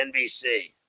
NBC